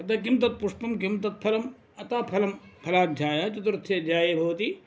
अतः किं तत् पुष्पं किं तत् फलम् अतः फलं फलाध्यायः चतुर्थे अध्याये भवति